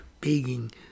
begging